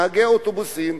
נהגי אוטובוסים,